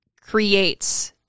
creates